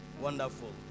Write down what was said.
Wonderful